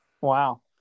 Wow